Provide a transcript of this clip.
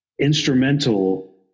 instrumental